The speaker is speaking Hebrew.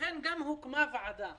הוקמה ועדה